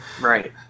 Right